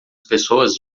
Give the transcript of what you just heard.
pessoas